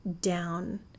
down